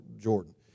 Jordan